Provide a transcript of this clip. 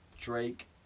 Drake